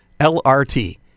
LRT